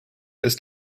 ist